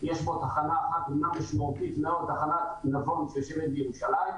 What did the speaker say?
יש בו תחנה אחת --- ועוד תחנת נבון שיושבת בירושלים.